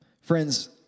Friends